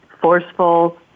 forceful